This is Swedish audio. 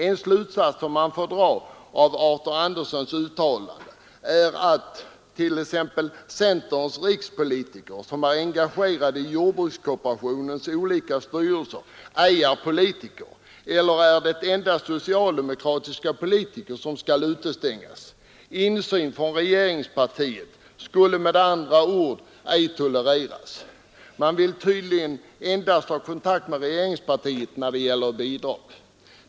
En slutsats som man får dra av Arthur Anderssons uttalande är att t.ex. centerns rikspolitiker, som är engagerade i jordbrukskooperationens olika styrelser, inte är politiker — eller är det endast socialdemokratiska politiker som skall utestängas? Insyn från regeringspartiet skulle med andra ord inte tolereras. Man vill tydligen endast ha kontakt med regeringspartiet när det gäller bidrag.